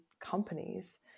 companies